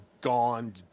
gone